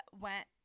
went